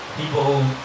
people